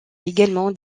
également